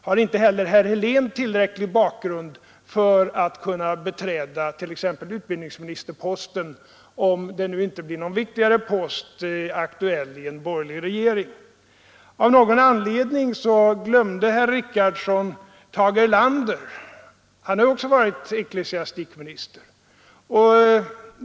Har inte heller herr Helén tillräcklig bakgrund för att kunna tillträda t.ex. utbildningsministerposten, om det nu inte blir någon viktigare post aktuell för honom i en borgerlig regering? Av någon anledning glömde herr Richardson Tage Erlander. Han har också varit ecklesiastikminister.